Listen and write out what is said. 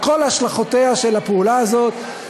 על כל השלכותיה של הפעולה הזאת,